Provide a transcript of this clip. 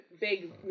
big